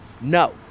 No